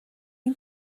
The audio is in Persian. این